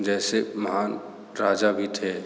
जैसे महान राजा भी थे